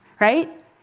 right